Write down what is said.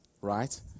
right